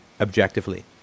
objectively